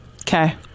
Okay